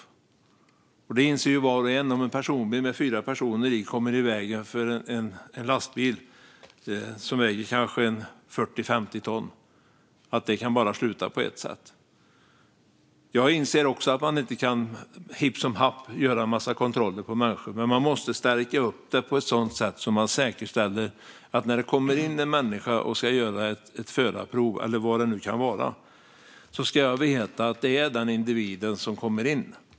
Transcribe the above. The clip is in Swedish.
Var och en inser att om en personbil med fyra passagerare kommer i vägen för en lastbil som väger 40-50 ton slutar det på bara ett sätt. Jag inser också att det inte går att hipp som happ göra en mängd kontroller av människor, men man måste stärka kontrollerna så att det kan säkerställas att en individ som ska göra ett förarprov - eller vad det kan vara - är den individen.